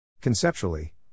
Conceptually